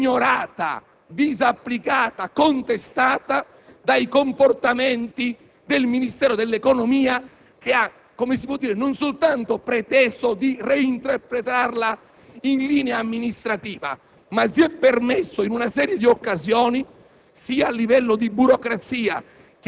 pervicacemente ignorata, disapplicata, contestata dai comportamenti del Ministero dell'economia che, per così dire, non soltanto ha preteso di reinterpretarla in linea amministrativa, ma in una serie di occasioni,